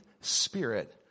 Spirit